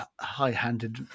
high-handed